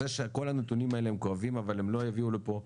כל הנתונים האלה הם כואבים אבל הם לא יביאו לפה,